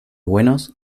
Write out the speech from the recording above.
buenos